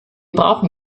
brauchen